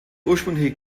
ursprüngliche